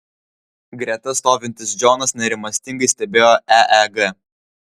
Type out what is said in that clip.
greta stovintis džonas nerimastingai stebėjo eeg